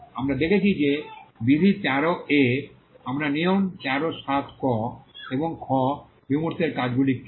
আমরা দেখেছি যে বিধি 13 এ আমরা নিয়ম 13 ক এবং খ বিমূর্তের কাজগুলি কী